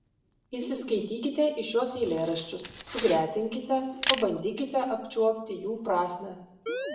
įsiskaitykite į šiuos eilėraščius sugretinkite pabandykite apčiuopti jų prasmę